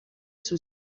sul